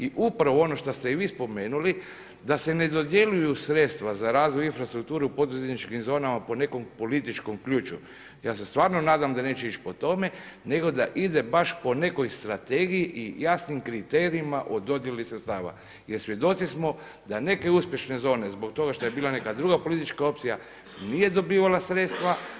I upravo ono što ste i vi spomenuli, da se ne dodjeljuju sredstva za razvoj infrastrukture u poduzetničkim zonama po nekom političkom ključu, ja se stvarno nadam da neće ići po tome, nego da ide baš po nekoj strategiji i jasnim kriterijima o dodjeli sredstava jer svjedoci smo da neke uspješne zone zbog toga što je bila neka druga politička opcija, nije dobivala sredstva, a uspješna je bila zona, sa druge strane po političkoj, ja ću reći liniji, neuspješna zona dobivala je sredstva.